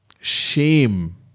shame